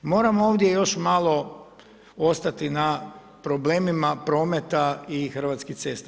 Moram ovdje još malo ostati na problemima prometa i Hrvatskih cesta.